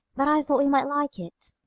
but i thought you might like it.